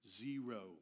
Zero